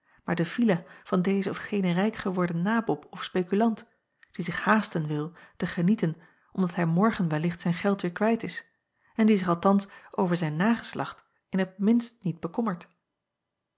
maar de villa van dezen of genen rijk geworden nabob of spekulant die zich haasten wil te genieten omdat hij morgen wellicht zijn geld weêr kwijt is en die zich althans over zijn nageslacht in t minste niet bekommert